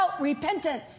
repentance